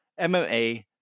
MMA